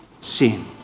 sin